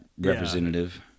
representative